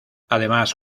además